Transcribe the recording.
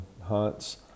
hunts